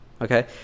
okay